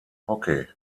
hockey